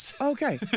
Okay